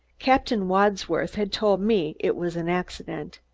captain wadsworth had told me it was an accident.